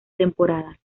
temporadas